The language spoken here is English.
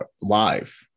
live